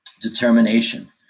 determination